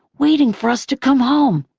waiting for us to come home.